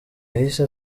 yahise